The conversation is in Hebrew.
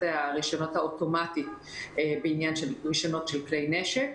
הרישיונות האוטומטית בעניין של רישיונות של כלי נשק.